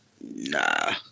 nah